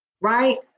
right